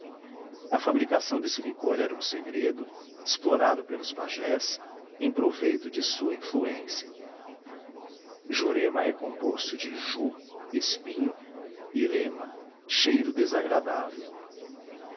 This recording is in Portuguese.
a fabricação desse licor era um segredo explorado pelos pajés em proveito de sua influência jurema é composto de ju espinho e rema cheiro desagradável